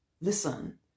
Listen